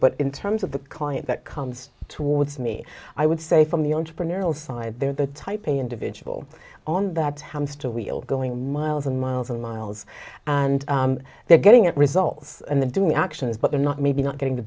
but in terms of the client that comes towards me i would say from the entrepreneurial side they're the type a individual on that hamster wheel going miles and miles and miles and they're getting at results and then doing the actions but they're not maybe not going t